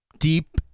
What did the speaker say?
Deep